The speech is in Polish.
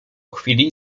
chwili